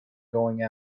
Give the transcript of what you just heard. going